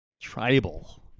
tribal